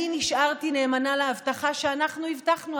אני נשארתי נאמנה להבטחה שאנחנו הבטחנו,